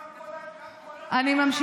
גם כל הישיבות את רוצה,